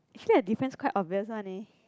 actually their defense quite obvious one leh